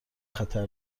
خطر